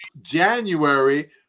January